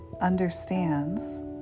understands